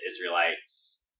israelites